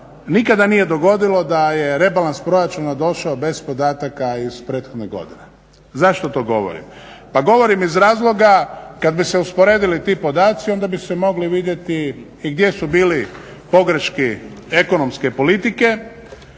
nikada nije dogodilo da je rebalans proračuna došao bez podataka iz prethodne godine. Zašto to govorim? Pa govorim iz razloga kad bi se usporedili ti podaci onda bi se mogli vidjeti i gdje su bile pogreške ekonomske politike